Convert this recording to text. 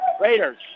Raiders